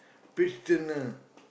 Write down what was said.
beach dinner